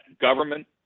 government